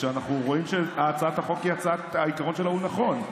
אנחנו רואים שהצעת החוק, העיקרון שלה נכון.